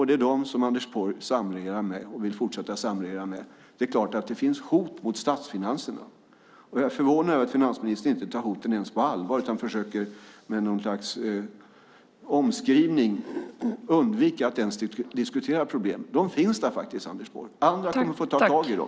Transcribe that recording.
Det är dem Anders Borg samregerar med och vill fortsätta att samregera med. Det är klart att det finns hot mot statsfinanserna. Jag är förvånad över att finansministern inte ens tar hoten på allvar utan försöker med någon slags omskrivning undvika att ens diskutera problemen. De finns där faktiskt, Anders Borg. Andra kommer att få ta tag i dem.